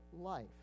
life